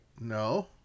No